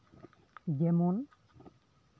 ᱡᱮᱢᱚᱱ